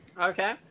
Okay